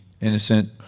innocent